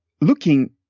looking